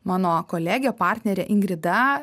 mano kolegė partnerė ingrida